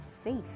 faith